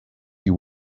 you